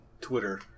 Twitter